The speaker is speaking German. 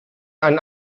einen